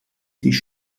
sich